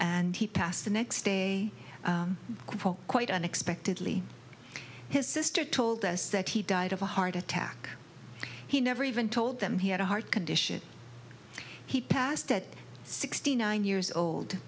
and he passed the next day quite unexpectedly his sister told us that he died of a heart attack he never even told them he had a heart condition he passed at sixty nine years old